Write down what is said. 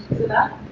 to the